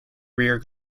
rear